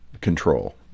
control